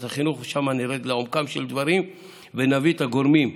החינוך ושם נרד לעומקם של דברים ונביא את הגורמים.